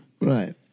Right